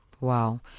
Wow